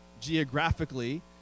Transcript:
geographically